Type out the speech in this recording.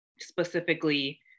specifically